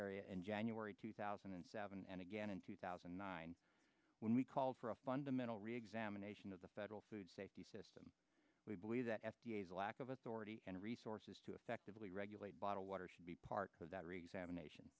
area in january two thousand and seven and again in two thousand and nine when we called for a fundamental reexamination of the federal food safety system we believe that f d a is a lack of authority and resources to effectively regulate bottled water should be part of that reserve nation